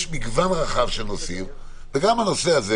יש מגוון רחב של נושאים וגם הנושא הזה